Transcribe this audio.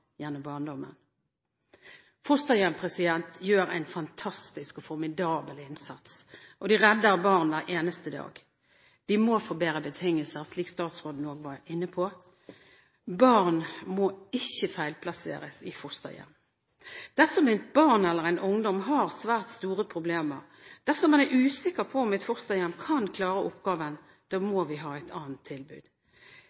gjennom barndommen. I fosterhjem gjøres det en fantastisk og formidabel innsats – man redder barn hver eneste dag. De må få bedre betingelser, slik statsråden også var inne på. Barn må ikke feilplasseres i fosterhjem. Dersom et barn, eller en ungdom, har svært store problemer, dersom man er usikker på om et fosterhjem kan klare oppgaven, må